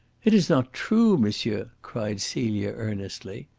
it is not true, monsieur, cried celia earnestly.